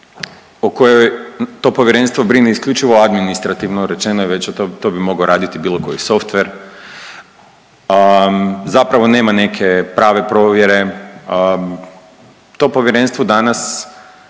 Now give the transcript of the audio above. o kojoj to povjerenstvo brine isključivo administrativno, rečeno je već to, to bi mogao raditi bilo koji softver, a zapravo nema neke prave provjere, to povjerenstvo danas